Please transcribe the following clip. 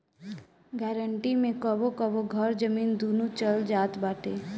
guarantee मे कबो कबो घर, जमीन, दूनो चल जात बाटे